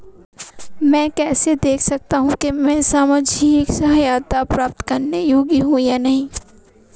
मैं कैसे देख सकता हूं कि मैं सामाजिक सहायता प्राप्त करने योग्य हूं या नहीं?